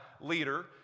leader